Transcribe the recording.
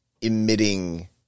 emitting